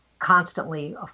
constantly